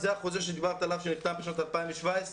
זה החוזה שדיברת עליו שנחתם בשנת 2017,